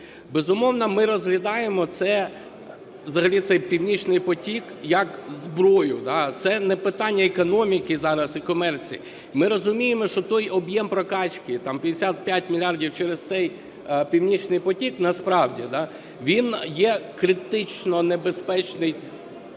Безумовно, ми розглядаємо це, взагалі цей "Північний потік" як зброю, це не питання економіки зараз і комерції. Ми розуміємо, що той об'єм прокачки 55 мільярдів через цей "Північний потік" насправді він є критично небезпечний...